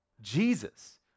Jesus